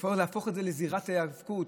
לבוא ולהפוך את זה לזירת היאבקות,